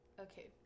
Okay